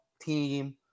team –